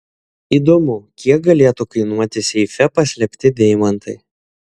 įdomu kiek galėtų kainuoti seife paslėpti deimantai